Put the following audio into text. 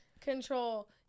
control